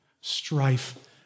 strife